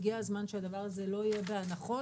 הגיע הזמן שהדבר הזה לא יהיה בהנחות,